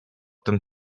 ten